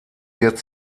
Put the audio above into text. wird